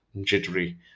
jittery